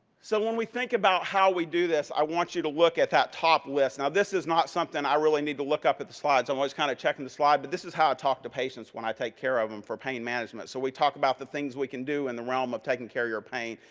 so, when we think about how we do this i want you to look at that top list. now, this is not something i really need to look up at the slides. i'm always kind of checking the slide, but this is how i talk to patients when i take care of them for pain management. so, we talked about the things we can do in and the realm of taking care of your pain.